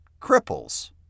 cripples